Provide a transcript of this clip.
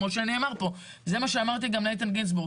כמו שנאמר פה זה מה שאמרתי גם לאיתן גינזבורג